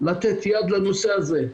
יד לנושא הזה,